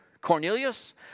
Cornelius